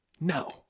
No